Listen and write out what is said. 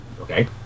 Okay